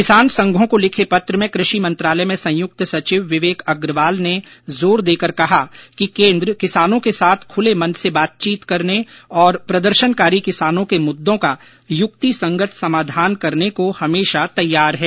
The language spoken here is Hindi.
किसान संघों को लिखे पत्र में कृषि मंत्रालय में संयुक्त सचिव विवेक अग्रवाल ने जोर देकर कहा है केन्द्र किसानों के साथ खुले मन से बातचीत करने और प्रदर्शनकारी किसानों के मुद्दों का युक्तिसंगत समाधान करने को हमेशा तैयार है